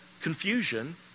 confusion